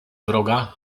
wroga